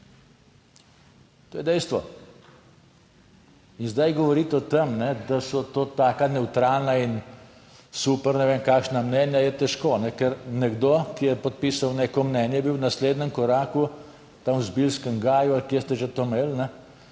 To je dejstvo. In zdaj govoriti o tem, da so to taka nevtralna in super ne vem kakšna mnenja, je težko, ker nekdo, ki je podpisal neko mnenje, je bil v naslednjem koraku tam v Zbiljskem gaju ali kje ste že to imeli,